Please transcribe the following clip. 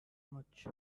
much